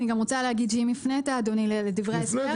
אם הפנית לדברי ההסבר,